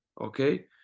okay